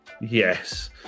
Yes